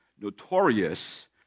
notorious